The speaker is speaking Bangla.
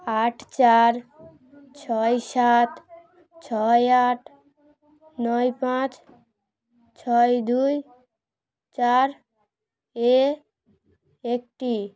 আট চার ছয় সাত ছয় আট নয় পাঁচ ছয় দুই চার এ একটি